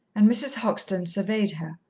and mrs. hoxton surveyed her.